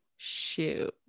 shoot